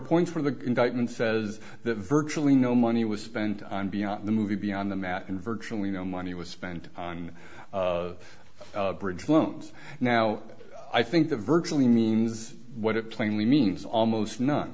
points where the indictment says that virtually no money was spent beyond the movie beyond the mat and virtually no money was spent on bridge loans now i think the virtually means what it plainly means almost no